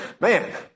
Man